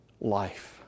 life